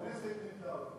לא נכון, הכנסת מינתה אותו.